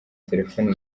telefoni